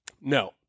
no